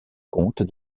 compte